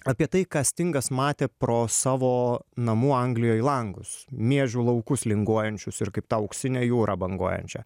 apie tai ką stingas matė pro savo namų anglijoj langus miežių laukus linguojančius ir kaip tą auksinę jūrą banguojančią